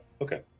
Okay